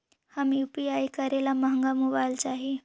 हम यु.पी.आई करे ला महंगा मोबाईल चाही?